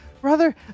Brother